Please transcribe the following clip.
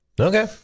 Okay